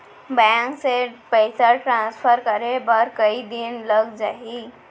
Bank से पइसा transfer करे बर कई दिन लग जाही?